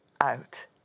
out